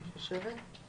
נכון.